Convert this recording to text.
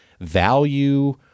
value